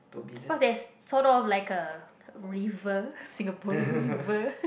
cause there's sort of like a river Singapore River